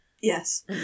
Yes